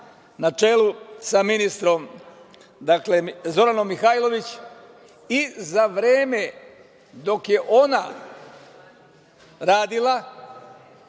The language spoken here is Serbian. na čelu sa ministrom Zoranom Mihajlović, i za vreme dok je ona radila,